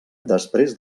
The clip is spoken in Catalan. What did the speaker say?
després